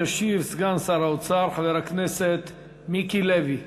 ישיב סגן שר האוצר, חבר הכנסת מיקי לוי.